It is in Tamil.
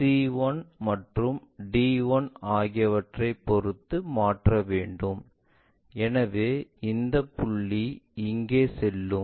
c1 மற்றும் d1 ஆகியவற்றைப் பொருத்து மாற்ற வேண்டும் எனவே இந்த புள்ளி இங்கே செல்லும்